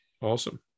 Awesome